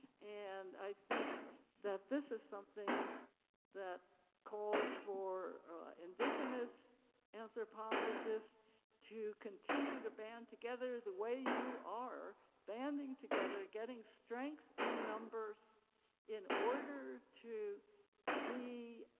and i think that this is something that calls for indigenous anthropologists to continue to ban together the way you are banning together, getting strength in numbers in order to be,